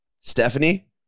Stephanie